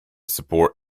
support